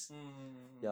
mm mm mm mm